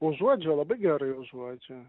užuodžia labai gerai užuodžia